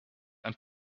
and